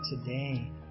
today